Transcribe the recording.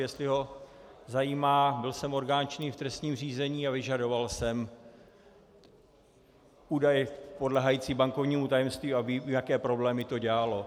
Jestli ho zajímá, byl jsem orgánem činným v trestním řízení a vyžadoval jsem údaje podléhající bankovnímu tajemství a vím, jaké problémy to dělalo.